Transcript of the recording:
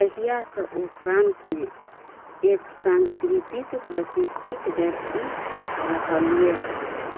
तहियासँ ओ फ्रांसमे एक सांस्कृतिक प्रतिष्ठित व्यक्ति रहल यऽ